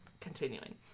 Continuing